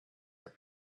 had